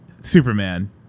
Superman